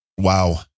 wow